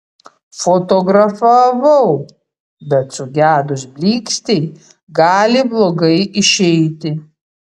fotografavau bet sugedus blykstei gali blogai išeiti